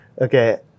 Okay